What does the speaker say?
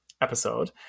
episode